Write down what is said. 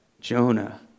Jonah